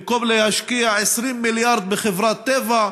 במקום להשקיע 20 מיליארד בחברת טבע,